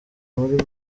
muri